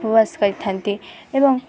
ଉପବାସ କରିଥାନ୍ତି ଏବଂ